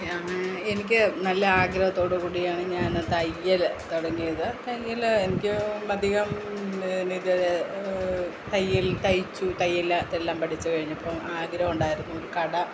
എനിക്ക് നല്ല ആഗ്രഹത്തോടുകൂടിയാണ് ഞാൻ തയ്യൽ തുടങ്ങിയത് തയ്യൽ എനിക്ക് അധികം ഇത് തയ്യൽ തയ്ച്ചു തയ്യൽ എല്ലാം പഠിച്ചു കഴിഞ്ഞപ്പോൾ ആഗ്രഹമുണ്ടായിരുന്നു കട